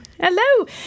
Hello